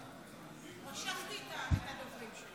משכתי את הדוברים שלי.